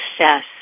success